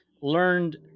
learned